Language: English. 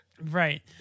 right